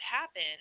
happen